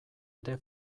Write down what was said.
ere